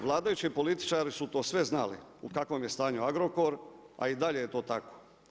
Vladajući političari su to sve znali, u kakvom je stanju Agrokor, a i dalje je to tako.